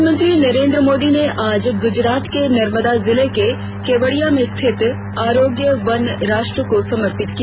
प्रधानमंत्री नरेन्द्र मोदी ने आज गुजरात के नर्मदा जिले में केवड़िया में स्थित आरोग्य वन राष्ट्र को समर्पित किया